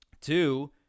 Two